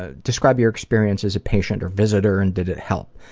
ah describe your experience as a patient or visitor and did it help?